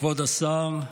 כבוד השר,